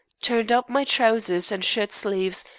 turned up my trousers and shirt-sleeves,